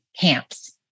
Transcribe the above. camps